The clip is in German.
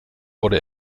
wurde